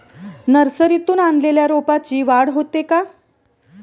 नर्सरीतून आणलेल्या रोपाची वाढ होते का?